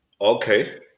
Okay